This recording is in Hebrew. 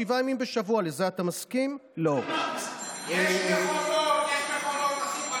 אין שום סיבה שמישהו ייכנס ויטיח אגרוף באף אחד.